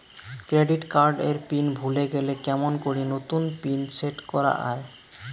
Credit card এর pin ভুলে গেলে কেমন করি নতুন পিন সেট করা য়ায়?